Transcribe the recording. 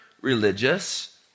religious